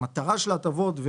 המטרה של ההטבות,